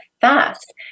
fast